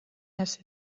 has